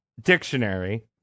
dictionary